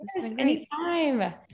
anytime